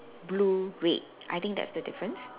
blue red I think that's the difference